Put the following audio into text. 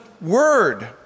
word